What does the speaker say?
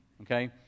okay